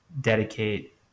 dedicate